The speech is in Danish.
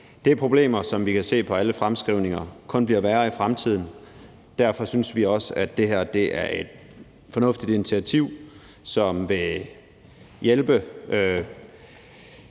er problemer, som vi kan se på alle fremskrivninger kun bliver værre i fremtiden. Derfor synes vi også, at det her er et fornuftigt initiativ, som vil hjælpe